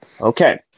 Okay